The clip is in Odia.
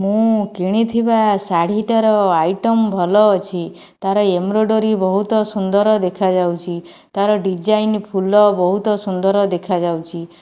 ମୁଁ କିଣିଥିବା ଶାଢ଼ୀଟାର ଆଇଟମ୍ ଭଲ ଅଛି ତା'ର ଏମ୍ବ୍ରୋଡୋରୀ ବହୁତ ସୁନ୍ଦର ଦେଖାଯାଉଛି ତାର ଡିଜାଇନ୍ ଫୁଲ ବହୁତ ସୁନ୍ଦର ଦେଖାଯାଉଛି